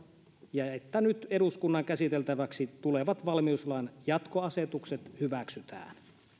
ja että nyt eduskunnan käsiteltäväksi tulevat valmiuslain jatko asetukset hyväksytään